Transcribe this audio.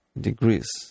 degrees